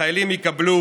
החיילים יקבלו